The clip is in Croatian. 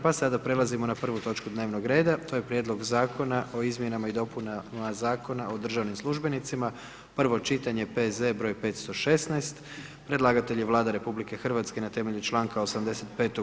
Pa sada prelazimo na 1. točku dnevnog reda, to je: - Prijedlog zakona o izmjenama i dopunama Zakona o državnim službenicima, prvo čitanje, P.Z. br. 516; Predlagatelj je Vlada RH na temelju članka 85.